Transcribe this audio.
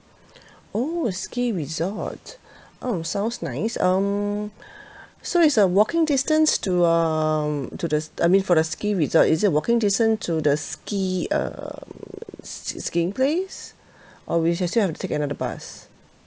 oh ski resort oh sounds nice um so it's a walking distance to um to this I mean for the ski resort is it walking distance to the ski um ski~ skiing place or we still have to take another bus